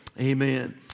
amen